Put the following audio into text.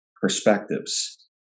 perspectives